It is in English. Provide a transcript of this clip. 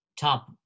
top